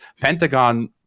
pentagon